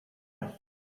life